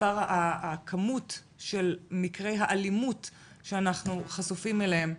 הכמות של מקרי האלימות שאנחנו חשופים אליהם,